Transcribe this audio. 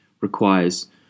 requires